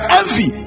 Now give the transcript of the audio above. envy